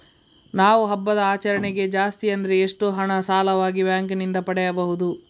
ನಾವು ಹಬ್ಬದ ಆಚರಣೆಗೆ ಜಾಸ್ತಿ ಅಂದ್ರೆ ಎಷ್ಟು ಹಣ ಸಾಲವಾಗಿ ಬ್ಯಾಂಕ್ ನಿಂದ ಪಡೆಯಬಹುದು?